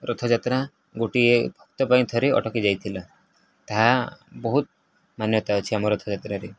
ରଥଯାତ୍ରା ଗୋଟିଏ ଭକ୍ତ ପାଇଁ ଥରେ ଅଟକି ଯାଇଥିଲା ତାହା ବହୁତ ମାନ୍ୟତା ଅଛି ଆମ ରଥଯାତ୍ରାରେ